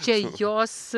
čia jos